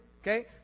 Okay